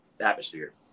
atmosphere